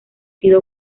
sido